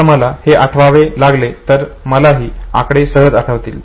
आता मला हे पुन्हा आठवावे लागले तर मलाही आकडे सहज आठवतील